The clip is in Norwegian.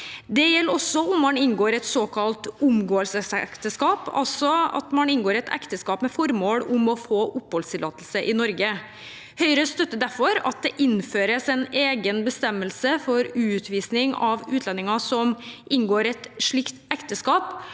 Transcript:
Det gjelder også om man inngår et såkalt omgåelsesekteskap, altså at man inngår et ekteskap med formål om å få oppholdstillatelse i Norge. Høyre støtter derfor at det innføres en egen bestemmelse for utvisning av utlendinger som inngår et slikt ekteskap,